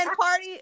party